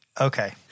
Okay